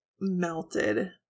melted